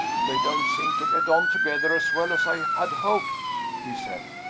they don't seem to get on together as well as i had hoped, he said.